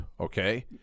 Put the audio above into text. okay